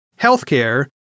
healthcare